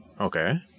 Okay